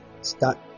start